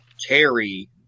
Terry